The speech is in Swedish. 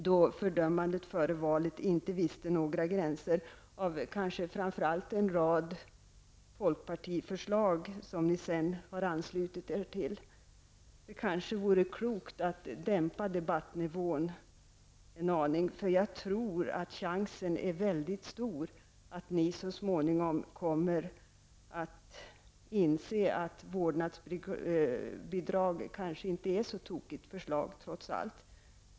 Då visste fördömandet före valet inte några gränser, framför allt när det gällde en rad folkpartiförslag, som ni sedan anslutit er till. Det kanske vore klokt att dämpa debattnivån en aning, för jag tror att chansen är väldigt stor att ni så småningom kommer att inse att vårdnadsbidrag kanske inte är ett så tokigt förslag trots allt.